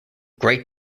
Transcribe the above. great